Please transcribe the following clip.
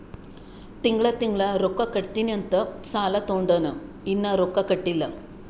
ತಿಂಗಳಾ ತಿಂಗಳಾ ರೊಕ್ಕಾ ಕಟ್ಟತ್ತಿನಿ ಅಂತ್ ಸಾಲಾ ತೊಂಡಾನ, ಇನ್ನಾ ರೊಕ್ಕಾ ಕಟ್ಟಿಲ್ಲಾ